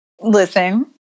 Listen